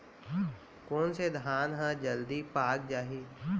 कोन से धान ह जलदी पाक जाही?